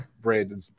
Brandon